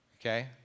Okay